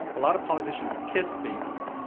a lot of politicians kiss babies.